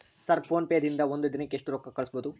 Sir PhonePe ದಿಂದ ಒಂದು ದಿನಕ್ಕೆ ಎಷ್ಟು ರೊಕ್ಕಾ ಕಳಿಸಬಹುದು?